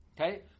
Okay